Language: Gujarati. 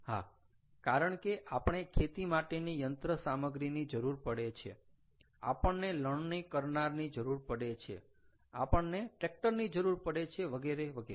હા કારણ કે આપણે ખેતી માટેની યંત્ર સામગ્રીની જરૂર પડે છે આપણને લણણી કરનારની જરૂર પડે છે આપણને ટ્રેકટર ની જરૂર પડે છે વગેરે વગેરે